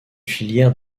filière